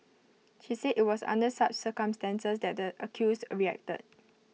she said IT was under such circumstances that the accused reacted